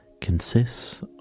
Consists